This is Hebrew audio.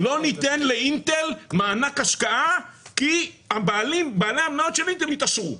לא ניתן לאינטל מענק השקעה כי הבעלים בעלי המניות של אינטל יתעשרו,